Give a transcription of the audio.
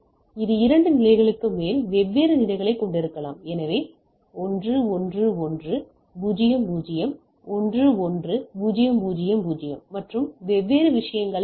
இது இரண்டு நிலைகளுக்கு மேல் வெவ்வேறு நிலைகளைக் கொண்டிருக்கலாம் எனவே நான் 1 1 1 0 0 1 1 0 0 0 மற்றும் விஷயங்களின் வகைகளைக் கொண்டிருக்கலாம்